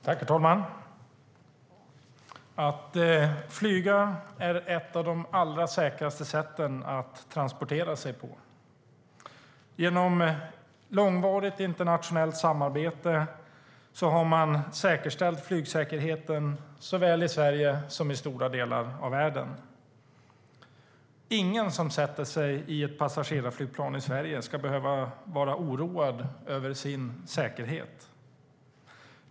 Herr talman! Att flyga är ett av de allra säkraste sätten att transportera sig på. Genom långvarigt internationellt samarbete har man säkerställt flygsäkerheten såväl i Sverige som i stora delar av världen. Ingen som sätter sig i ett passagerarflygplan i Sverige ska behöva vara orolig för sin säkerhet.